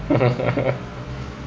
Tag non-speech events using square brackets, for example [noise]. [laughs]